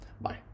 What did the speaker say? Bye